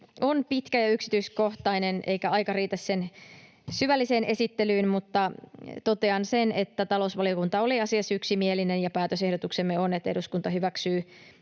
on pitkä ja yksityiskohtainen, eikä aika riitä sen syvälliseen esittelyyn, mutta totean, että talousvaliokunta oli asiassa yksimielinen ja päätösehdotuksemme on, että eduskunta hyväksyy